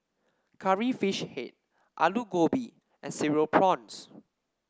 Curry Fish Head Aloo Gobi and Cereal Prawns